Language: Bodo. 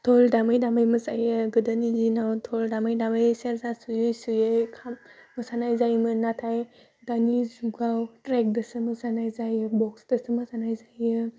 दल दामै दामै मोसायो गोदोनि दिनाव दल दामै दामै सेरजा सुयै सुयै खाल मोसानाय जायोमोन नाथाइ दानि जुगाव ट्रेकजोंसो मोसानाय जायो बक्सजोंसो मोसानाय जायो